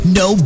no